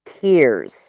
tears